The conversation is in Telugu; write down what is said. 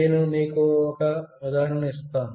నేను మీకు ఒక ఉదాహరణ ఇస్తాను